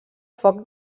foc